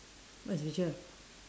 what is feature